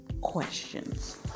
questions